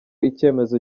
icyemezo